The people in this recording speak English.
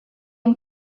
atm